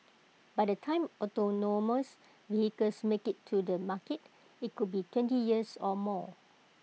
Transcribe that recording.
by the time autonomous vehicles make IT to the market IT could be twenty years or more